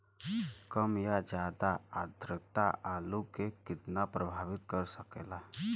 कम या ज्यादा आद्रता आलू के कितना प्रभावित कर सकेला?